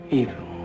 evil